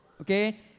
Okay